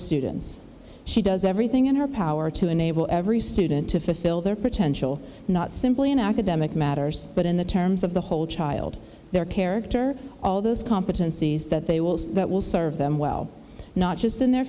students she does everything in her power to enable every student to fulfill their potential not simply in academic matters but in the terms of the whole child their character all those competencies that they will see that will serve them well not just in their